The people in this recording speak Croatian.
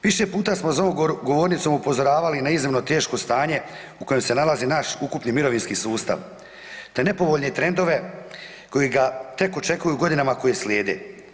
Više puta smo za ovom govornicom upozoravali na iznimno teško stanje u kojem se nalazi naš ukupni mirovinski sustav te nepovoljne trendove koji ga tek očekuju u godinama koje slijede.